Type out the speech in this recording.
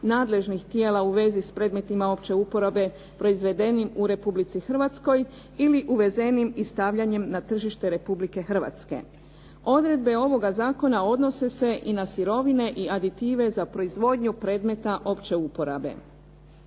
nadležnih tijela u vezi s predmetima opće uporabe proizvedeni u Republici Hrvatskoj ili uvezenim i stavljanjem na tržište Republike Hrvatske. Odredbe ovog zakona odnose se i na sirovine i na aditive za proizvodnju predmeta opće uporabe.